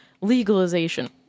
legalization